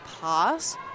pass